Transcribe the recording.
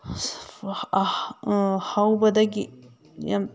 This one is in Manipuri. ꯍꯧꯕꯗꯒꯤ ꯌꯥꯝ